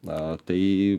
na tai